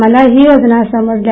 मला ही योजना समजल्या